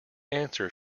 answer